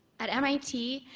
at mit,